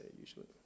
usually